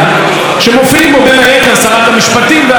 שמופיעים בו בין היתר שרת המשפטים ואחרים,